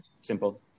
Simple